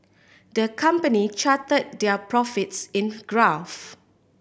the company chart their profits in graph